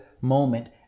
moment